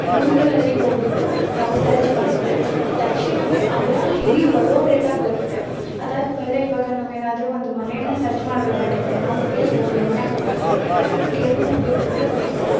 ಗೂಗಲಲ್ಲಿ ಹೋಗಿಬಿಟ್ಟು ನಾವು ಸರ್ಚ್ ಮಾಡಿದರೆ ತಕ್ಷಣವೇ ಅವರ ಇಡೀ ಬಯೋಡಟ ಬರುತ್ತೆ ಅದಾದ್ಮೇಲೆ ಈವಾಗ ನಾವು ಏನಾದ್ರೂ ಒಂದು ಮನೆನ ಸರ್ಚ್ ಮಾಡ್ಬೇಕಾಗಿರುತ್ತೆ ನಮಗೆ ಒಬ್ರು ಮನೆಗೆ ಹೋಗ್ಬೇಕಾಗಿರುತ್ತೆ ನಮಗೆ ಎಲ್ಲ ಹೋಗಬೇಕು ಅಂತ ಗೊತ್ತಿರೋಲ್ಲ